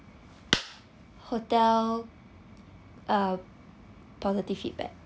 hotel ah positive feedback